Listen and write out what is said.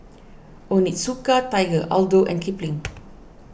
Onitsuka Tiger Aldo and Kipling